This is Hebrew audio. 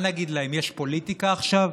מה נגיד להם, יש פוליטיקה עכשיו?